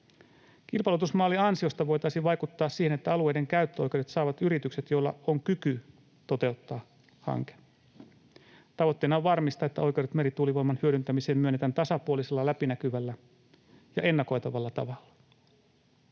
Kilpailutusmallin ansiosta voitaisiin vaikuttaa siihen, että alueiden käyttöoikeudet saavat yritykset, joilla on kyky toteuttaa hanke. Tavoitteena on varmistaa, että oikeudet merituulivoiman hyödyntämiseen myönnetään tasapuolisella, läpinäkyvällä ja ennakoitavalla tavalla.